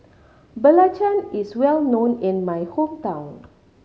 belacan is well known in my hometown